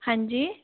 हाँ जी